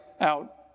out